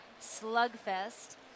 slugfest